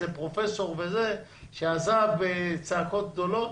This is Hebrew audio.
איזה פרופסור שעזב בצעקות גדולות.